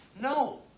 No